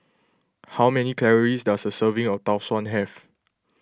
how many calories does a serving of Tau Suan have